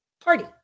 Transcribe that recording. party